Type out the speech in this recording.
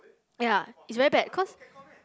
ya it's very bad cause